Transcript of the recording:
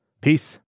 Peace